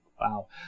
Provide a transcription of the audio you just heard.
wow